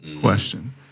question